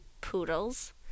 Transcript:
poodles